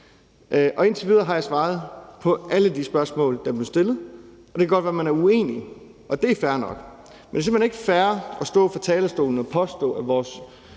indtil videre har jeg svaret på alle de spørgsmål, der er blevet stillet. Det kan godt være, man er uenig, og det er fair nok, men det er simpelt hen ikke fair at stå på talerstolen og påstå,